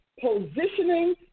positioning